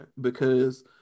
because-